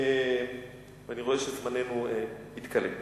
ואני רואה שזמננו מתכלה.